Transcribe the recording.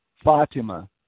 Fatima